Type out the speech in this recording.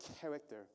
character